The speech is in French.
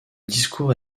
discours